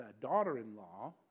daughter-in-law